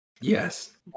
Yes